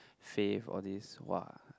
Fave all these !wah!